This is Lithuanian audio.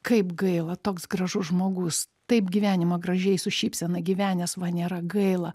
kaip gaila toks gražus žmogus taip gyvenimą gražiai su šypsena gyvenęs man nėra gaila